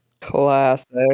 Classic